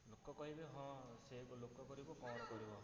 ଲୋକ କହିବେ ହଁ ସେ ଲୋକ କରିବୁ କ'ଣ କରିବ